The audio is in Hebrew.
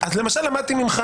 למשל למדתי ממך